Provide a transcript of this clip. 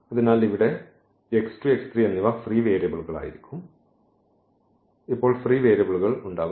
അതിനാൽ ഇവിടെ എന്നിവ ഫ്രീ വേരിയബിളുകളായിരിക്കും അതിനാൽ ഇപ്പോൾ ഫ്രീ വേരിയബിളുകൾ ഉണ്ടാകും